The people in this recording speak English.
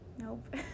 Nope